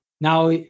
Now